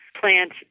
plant